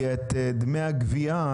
כי את דמי הגביה,